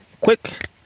quick